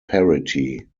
parity